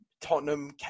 Tottenham